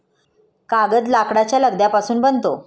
कागद लाकडाच्या लगद्यापासून बनतो